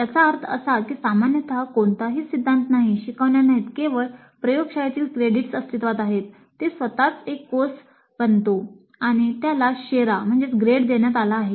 दोन्ही शक्य आहे